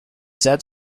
set